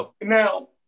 Now